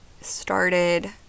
started